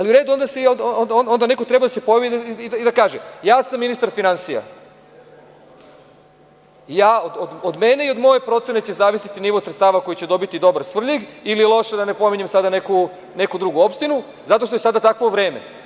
U redu, onda neko treba da se pojavi i da kaže – ja sam ministar finansija, od mene i od moje procene će zavisiti nivo sredstava koji će dobiti dobar Svrljig ili loš, da ne pominjem sada neku drugu opštinu zato što je sada takvo vreme.